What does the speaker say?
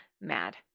mad